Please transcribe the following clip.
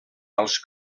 als